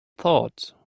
thought